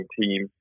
team